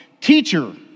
Teacher